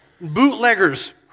bootleggers